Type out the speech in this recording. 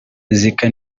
zika